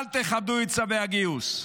אל תכבדו את צווי הגיוס,